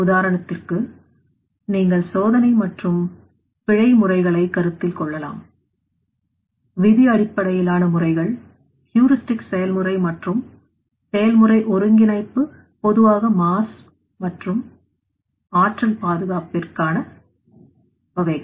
உதாரணத்திற்கு நீங்கள் சோதனை மற்றும் பிழை முறைகளை கருத்தில் கொள்ளலாம்விதி அடிப்படையிலான முறைகள் heuristics செயல்முறை மற்றும் செயல்முறை ஒருங்கிணைப்பு பொதுவாக mass மற்றும் ஆற்றல் பாதுகாப்பிற்கான வை